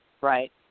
right